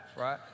right